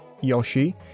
Yoshi